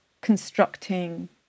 constructing